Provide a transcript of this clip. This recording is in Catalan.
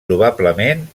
probablement